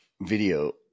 video